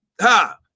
Ha